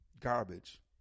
garbage